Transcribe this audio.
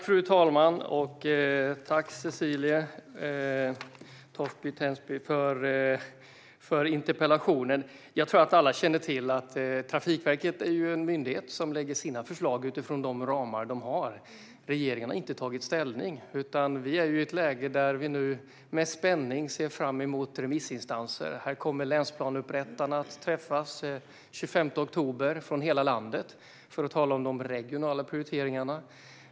Fru talman! Tack, Cecilie Tenfjord-Toftby, för interpellationen! Jag tror att alla känner till att Trafikverket är en myndighet som lägger fram sina föreslag utifrån de ramar som man har. Regeringen har inte tagit ställning, utan vi är nu i ett läge där vi med spänning ser fram emot remissinstanserna. Länsplaneupprättarna från hela landet kommer att träffas den 25 oktober för att tala om de regionala prioriteringarna.